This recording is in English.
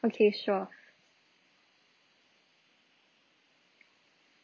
okay sure